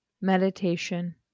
Meditation